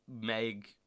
meg